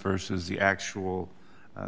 versus the actual